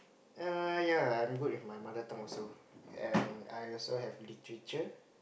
err yea good with my mother tongue also and I also have literature